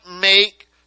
make